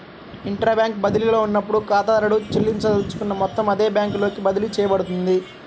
intra bank బదిలీలో ఉన్నప్పుడు, ఖాతాదారుడు చెల్లించదలుచుకున్న మొత్తం అదే బ్యాంకులోకి బదిలీ చేయబడుతుంది